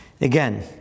Again